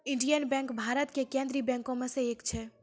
Indian bank Bharat के केन्द्रीय बैंको मे से एक छै